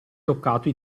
toccato